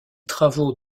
travaux